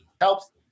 helps